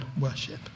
worship